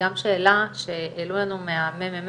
הוא שכיח יותר במדינות אמידות,